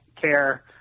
care